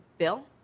bill